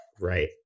right